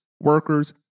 workers